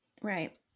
right